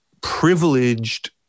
privileged